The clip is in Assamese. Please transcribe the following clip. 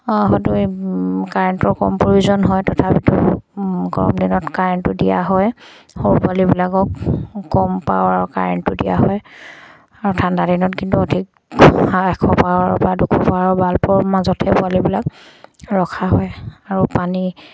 হয়তো কাৰেণ্টৰ কম প্ৰয়োজন হয় তথাপিতো গৰম দিনত কাৰেণ্টো দিয়া হয় সৰু পোৱালিবিলাকক কম পাৱাৰ কাৰেণ্টটো দিয়া হয় আৰু ঠাণ্ডা দিনত কিন্তু অধিক এশ পাৱাৰৰ বা দুশ পাৱাৰৰ বাল্বৰ মাজতহে পোৱালিবিলাক ৰখা হয় আৰু পানী